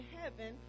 heaven